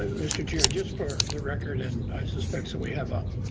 ah mr. chair, just for the record and, i suspect, so we have a